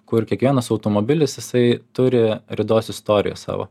kur kiekvienas automobilis jisai turi ridos istoriją savo